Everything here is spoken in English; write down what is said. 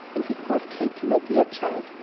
and he called katy my dear child,